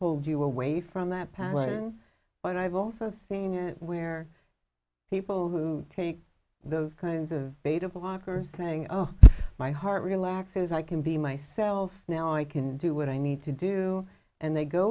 told you away from that path but i've also seen it where people who take those kinds of beta blocker saying oh my heart relaxes i can be myself now i can do what i need to do and they go